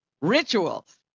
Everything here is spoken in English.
rituals